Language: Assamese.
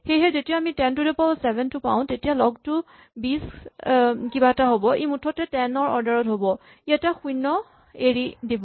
সেয়েহে যেতিয়া আমি ten to the power seven টো পাওঁ তেতিয়া লগ টো ২০ কিবা এটা হ'ব ই মুঠতে টেন ৰ অৰ্ডাৰ ত হ'ব ই এটা শূণ্য এৰি দিব